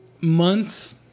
months